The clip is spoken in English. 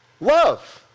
love